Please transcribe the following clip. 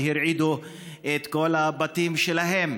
כי הרעידו את כל הבתים שלהם.